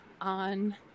on